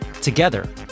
Together